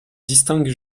distinguent